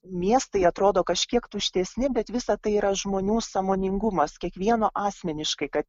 miestai atrodo kažkiek tuštesni bet visa tai yra žmonių sąmoningumas kiekvieno asmeniškai kad